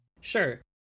Sure